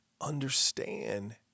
understand